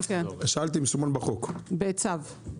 בצו.